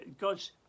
god's